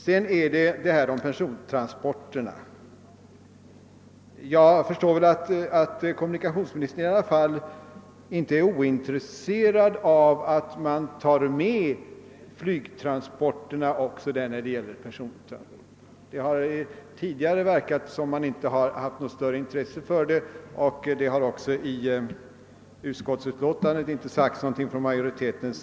Beträffande frågan om persontransporterna förstår jag att kommunikationsministern väl i alla fall inte är ointresserad av att föra in flygtransporterna bland dessa. Det har tidigare verkat som om man inte haft något större intresse härför, och inte heller utskottsmajoriteten har i sitt utlåtande anfört något härom.